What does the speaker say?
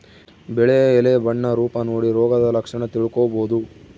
ಬೆಳೆಯ ಎಲೆ ಬಣ್ಣ ರೂಪ ನೋಡಿ ರೋಗದ ಲಕ್ಷಣ ತಿಳ್ಕೋಬೋದು